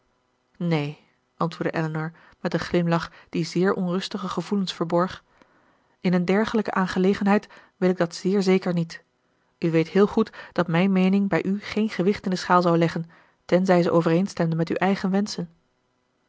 neen antwoordde elinor met een glimlach die zeer onrustige gevoelens verborg in een dergelijke aangelegenheid wil ik dat zeer zeker niet u weet heel goed dat mijne meening bij u geen gewicht in de schaal zou leggen tenzij ze overeenstemde met uw eigen wenschen